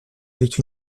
vécu